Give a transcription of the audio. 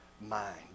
mind